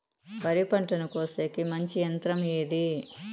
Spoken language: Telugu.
వరి పంటను కోసేకి మంచి యంత్రం ఏది?